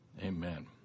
Amen